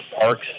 parks